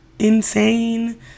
Insane